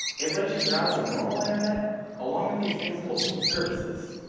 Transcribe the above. it lets you browse the normal internet along with these things called hidden services,